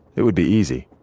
it would be easy.